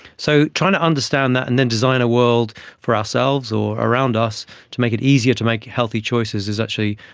so trying to understand that and then design a world for ourselves or around us to make it easier to make healthy choices is actually